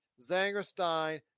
Zangerstein